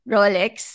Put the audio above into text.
Rolex